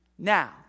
Now